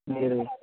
మీరు